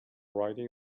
riding